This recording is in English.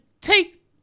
take